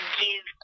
give